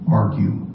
argue